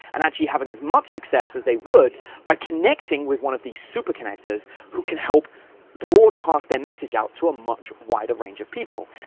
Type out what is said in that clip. and actually having as much success as they would by connecting with one of these super connectors who can help broadcast their message out to a much wider range of people.